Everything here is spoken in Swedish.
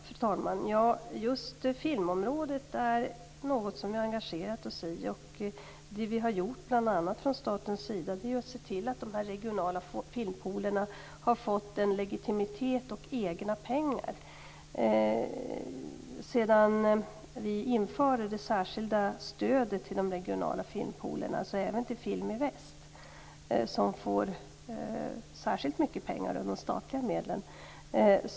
Fru talman! Just filmområdet är något som vi har engagerat oss i. Det som vi har gjort från statens sida är bl.a. att ge de regionala filmpoolerna en legitimitet och egna pengar. Sedan vi införde det särskilda stödet till de regionala filmpoolerna har Film i Väst inte fått särskilt mycket pengar av de statliga medlen.